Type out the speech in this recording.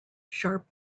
sharp